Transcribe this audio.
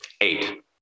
eight